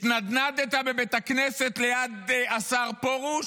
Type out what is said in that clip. התנדנדת בבית הכנסת ליד השר פרוש